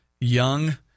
young